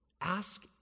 ask